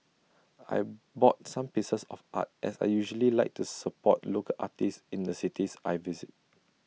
I bought some pieces of art as I usually like to support local artists in the cities I visit